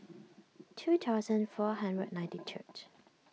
two thousand four hundred ninety third